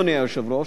אדוני היושב-ראש: